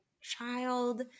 child